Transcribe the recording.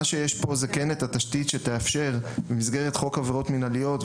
יש פה את התשתית שתאפשר במסגרת חוק עבירות מינהליות,